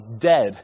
dead